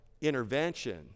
intervention